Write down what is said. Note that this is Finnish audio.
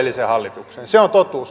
se on totuus